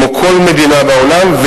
כמו כל מדינה בעולם,